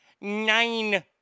Nine